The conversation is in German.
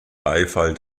beifall